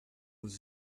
with